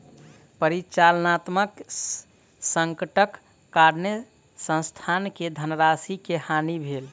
परिचालनात्मक संकटक कारणेँ संस्थान के धनराशि के हानि भेल